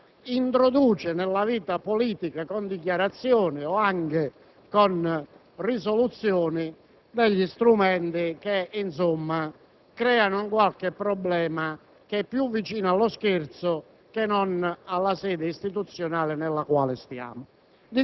introduce nella vita politica, con dichiarazioni o anche con risoluzioni, degli strumenti che creano qualche problema che è più vicino allo scherzo che non alla sede istituzionale nella quale ci